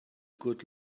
good